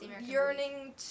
yearning